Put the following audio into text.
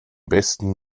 besten